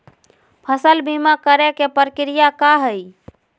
फसल बीमा करे के प्रक्रिया का हई?